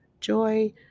Joy